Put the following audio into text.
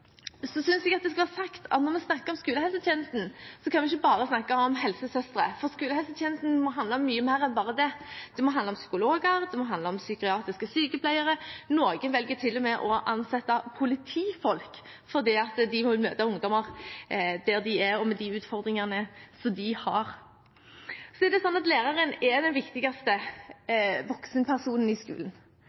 Så synes jeg det skal være sagt at når vi snakker om skolehelsetjenesten, kan vi ikke bare snakke om helsesøstre, for skolehelsetjenesten må handle om mye mer enn bare det. Det må handle om psykologer, det må handle om psykiatriske sykepleiere – noen velger til og med å ansette politifolk fordi de møter ungdommer der de er, og med de utfordringene de har. Det er sånn at læreren er den viktigste voksenpersonen i skolen,